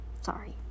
sorry